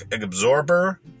absorber